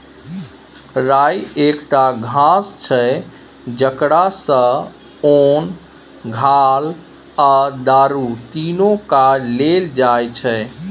राइ एकटा घास छै जकरा सँ ओन, घाल आ दारु तीनु काज लेल जाइ छै